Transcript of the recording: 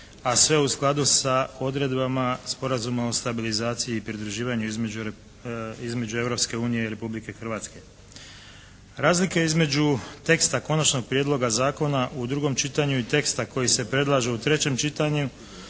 a sve u skladu sa odredbama Sporazuma o stabilizaciji i pridruživanju između Europske unije i Republike Hrvatske. Razlika između teksta Konačnog prijedloga zakona u drugom čitanju i teksta koji se predlaže u trećem čitanju